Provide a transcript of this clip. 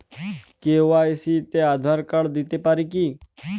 KYC তে Aadhaar card দিতে পারি কি?